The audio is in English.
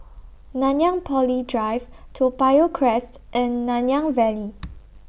Nanyang Poly Drive Toa Payoh Crest and Nanyang Valley